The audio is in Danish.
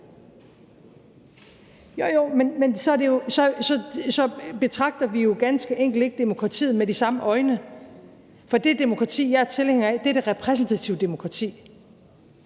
Så betragter vi jo ganske enkelt ikke demokratiet med de samme øjne, for det demokrati, jeg er tilhænger af, er det repræsentative demokrati,